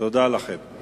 תודה לכם.